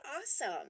awesome